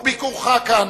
וביקורך כאן,